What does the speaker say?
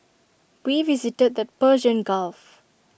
we visited the Persian gulf